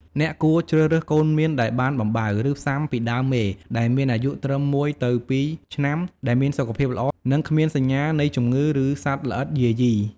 អ្នកគួរជ្រើសរើសកូនមៀនដែលបានបំបៅ ឬផ្សាំពីដើមមេដែលមានអាយុត្រឹម ១ ទៅ ២ ឆ្នាំ ដែលមានសុខភាពល្អ និងគ្មានសញ្ញានៃជំងឺ ឬសត្វល្អិតយាយី។